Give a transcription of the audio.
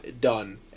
Done